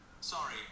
Sorry